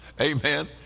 Amen